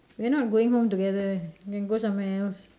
we are not going home together you can go somewhere else